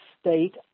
state